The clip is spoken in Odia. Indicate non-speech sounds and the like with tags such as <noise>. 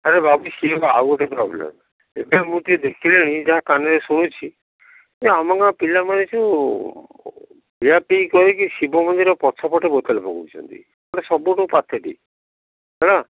ହେଲେ ଭାବୁଛି ସିଏ ଆଉ ଗୋଟେ ପ୍ରୋବ୍ଲେମ୍ ଏଇଟା ମୁଁ ଦେଖିନି ଯାହା କାନରେ ଶୁଣିଛି ଇଏ ଆମର ପିଲାମାନେ ସବୁ ପିଆ ପିଇ କରିକି ଶିବ ମନ୍ଦିର ପଛପଟେ ବୋତଲ ପକାଉଛନ୍ତି କହିଲେ ସବୁ <unintelligible> ହେଲା